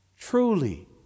truly